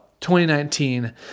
2019